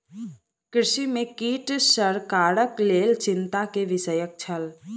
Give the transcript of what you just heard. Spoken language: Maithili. कृषि में कीट सरकारक लेल चिंता के विषय छल